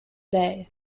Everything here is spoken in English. bay